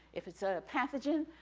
if it's a pathogen,